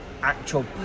actual